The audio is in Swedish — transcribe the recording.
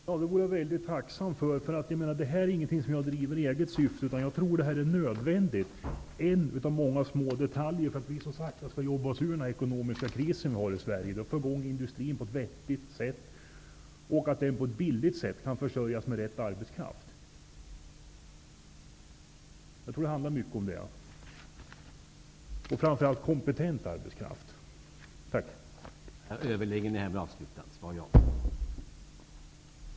Herr talman! Det vore jag mycket tacksam för. Detta är ingenting som jag driver i eget syfte. Jag tror att detta är nödvändigt. Det är en av många små detaljer som behövs för att vi så sakta skall kunna jobba oss ur den ekonomiska kris som vi har i Sverige, för att vi skall få i gång industrin på ett vettigt sätt och för att den på ett billigt sätt skall kunna försörjas med rätt och framför allt kompetent arbetskraft. Jag tror att det handlar mycket om det.